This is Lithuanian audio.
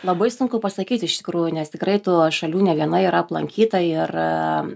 labai sunku pasakyti iš tikrųjų nes tikrai tų šalių ne viena yra aplankyta ir